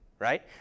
right